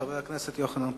חבר הכנסת יוחנן פלסנר,